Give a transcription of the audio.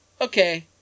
okay